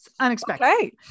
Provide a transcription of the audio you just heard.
unexpected